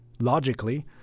logically